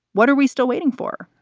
what are we still waiting for?